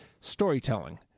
storytelling